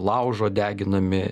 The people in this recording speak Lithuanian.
laužo deginami